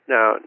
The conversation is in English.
Now